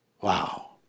Wow